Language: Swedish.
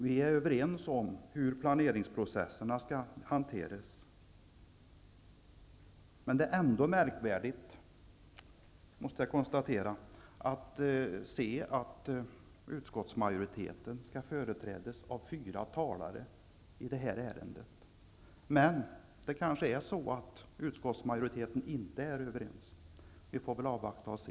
Vi är överens om hur planeringsprocesserna skall hanteras. Då är det märkvärdigt att finna att utskottsmajoriteten i denna debatt skall företrädas av fyra talare. Det kanske tyder på att man inte är överens inom utskottsmajoriteten. Vi får väl avvakta och se.